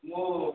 ମୁଁ